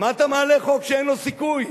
מה אתה מעלה חוק שאין לו סיכוי?